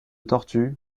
tortue